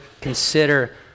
consider